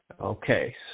Okay